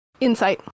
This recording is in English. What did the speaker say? insight